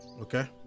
Okay